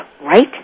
right